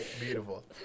Beautiful